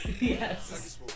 yes